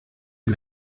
les